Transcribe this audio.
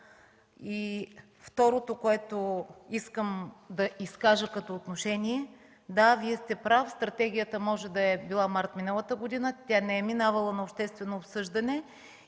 Второ, което искам да изкажа като отношение: да, Вие сте прав. Стратегията може да е била през месец март миналата година и да не е минавала на обществено обсъждане.